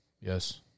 Yes